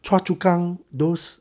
choa chu kang those